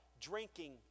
drinking